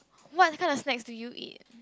what kind of snack do you eat